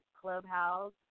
Clubhouse